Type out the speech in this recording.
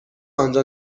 آنجا